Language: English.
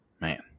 Man